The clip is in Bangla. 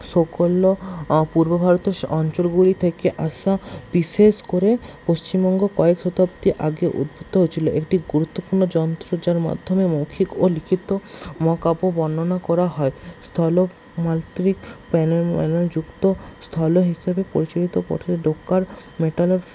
সকল্য ও পূর্ব ভারতীয় অঞ্চলগুলি থেকে আসা বিশেষ করে পশ্চিমবঙ্গ কয়েক শতাব্দী আগে উদ্ভুত হয়েছিল একটি গুরুত্বপূর্ণ যন্ত্র যার মাধ্যমে মৌখিক ও লিখিত মহাকাব্য বর্ণনা করা হয় স্থলমাত্রিক যুক্ত স্থল হিসাবে পরিচালিত মেটানোর